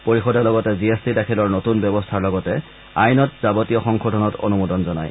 পৰিষদে লগতে G S T দাখিলৰ নতুন ব্যৱস্থাৰ লগতে আইনত যাৱতীয় সংশোধনত অনুমোদন জনায়